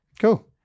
Cool